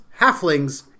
halflings